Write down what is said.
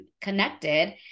connected